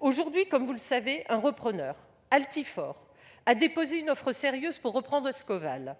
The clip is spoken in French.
Aujourd'hui, comme vous le savez, un repreneur, Altifort, a déposé une offre sérieuse pour reprendre Ascoval.